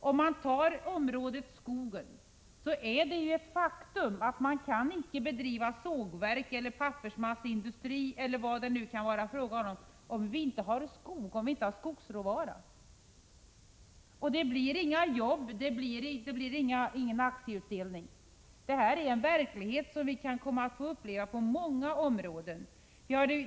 Låt mig som exempel ta skogsnäringen. Det är ju ett faktum att det inte går att driva sågverk, pappersmasseindustri eller liknande om vi inte har skogsråvara. Då blir det inga jobb och ingen aktieutdelning. Detta kan bli verklighet på många områden.